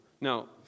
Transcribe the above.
Now